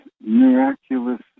miraculous